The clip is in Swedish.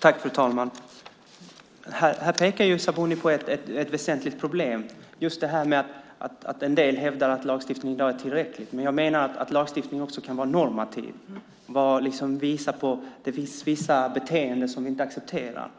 Fru talman! Här pekar Sabuni på ett väsentligt problem, att en del hävdar att lagstiftningen är tillräcklig. Jag menar att lagstiftningen också kan vara normativ och visa på att det finns beteenden som vi inte accepterar.